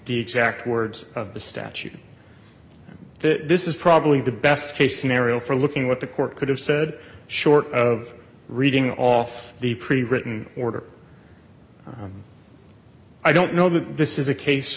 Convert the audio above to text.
the exact words of the statute that this is probably the best case scenario for looking what the court could have said short of reading off the pre written order i don't know that this is a case